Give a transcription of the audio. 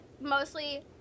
mostly